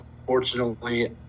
unfortunately